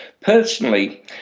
Personally